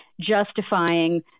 justifying